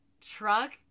truck